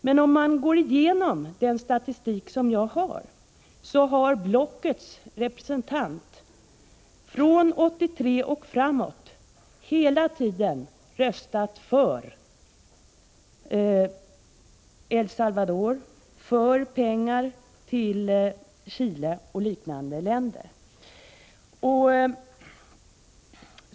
Men om man går igenom den statistik som jag har har blockets representant från 1983 och framåt hela tiden röstat för El Salvador och för pengar till Chile och liknande länder.